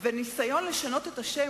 וניסיון לשנות את השם,